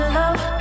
love